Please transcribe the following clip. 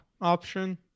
option